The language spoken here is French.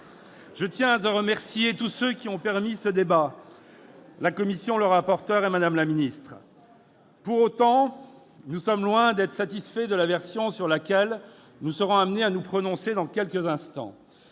Je tiens à remercier tous ceux qui ont permis ce débat, les membres de la commission, le rapporteur et Mme la ministre. Pour autant, nous sommes loin d'être satisfaits de la version du texte sur laquelle nous serons amenés à nous prononcer dans quelques instants.